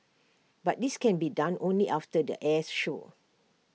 but this can be done only after the airs show